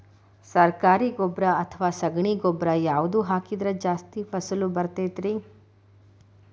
ಸರಕಾರಿ ಗೊಬ್ಬರ ಅಥವಾ ಸಗಣಿ ಗೊಬ್ಬರ ಯಾವ್ದು ಹಾಕಿದ್ರ ಜಾಸ್ತಿ ಫಸಲು ಬರತೈತ್ರಿ?